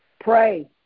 Pray